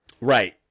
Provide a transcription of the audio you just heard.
Right